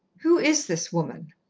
who is this woman?